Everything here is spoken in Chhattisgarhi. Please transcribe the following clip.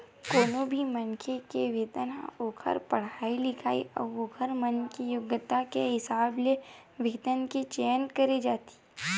कोनो भी मनखे के वेतन ह ओखर पड़हाई लिखई अउ ओखर मन के योग्यता के हिसाब ले वेतन के चयन करे जाथे